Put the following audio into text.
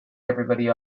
everybody